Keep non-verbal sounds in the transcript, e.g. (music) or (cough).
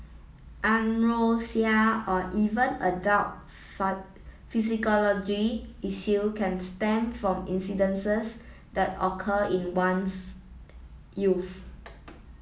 Anorexia or even adults (unintelligible) psychological issues can stem from incidences that occur in one's youth